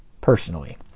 personally